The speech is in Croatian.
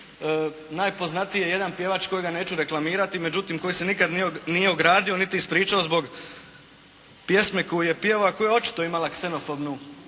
Najpoznatiji je jedan pjevač, kojega neću reklamirati, međutim koji se nikad nije ogradio niti ispričao zbog pjesme koju je pjevao, koja je očito imala ksenofobnu